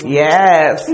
yes